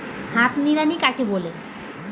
হাত নিড়ানি কাকে বলে?